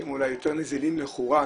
הם אולי יותר נזילים לכאורה,